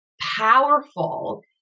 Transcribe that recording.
powerful